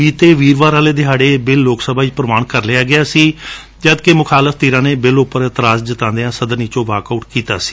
ਬੀਤੇ ਵੀਰਵਾਰ ਵਾਲੇ ਦਿਹਾੜੇ ਇਹ ਬਿੱਲ ਲੋਕ ਸਭਾ ਵਿਚ ਪੁਵਾਨ ਕਰ ਲਿਆ ਗਿਆ ਸੀ ਜਦਕਿ ਮੁਖਾਲਫ ਧਿਰਾ ਨੇ ਬਿੱਲ ਊਪਰ ਐਤਰਾਜ਼ ਜਤਾਊਦਿਆਂ ਸਦਨ ਵਿਚੋ ਵਾਲ ਆਊਟ ਕਰ ਦਿੱਤਾ ਸੀ